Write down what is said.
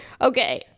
Okay